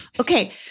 Okay